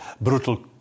brutal